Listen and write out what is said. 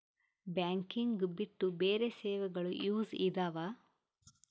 Banking ಬಿಟ್ಟು ಬೇರೆ ಸೇವೆಗಳು ಯೂಸ್ ಇದಾವ?